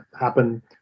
happen